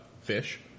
fish